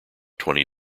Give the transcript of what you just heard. twenty